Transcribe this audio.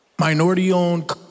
minority-owned